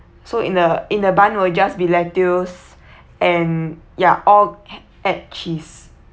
so in the in the bun will just be lettuce and ya all h~ add cheese